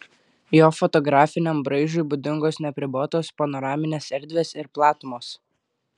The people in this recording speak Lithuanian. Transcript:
jo fotografiniam braižui būdingos neapribotos panoraminės erdvės ir platumos